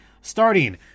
starting